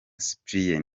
cyprien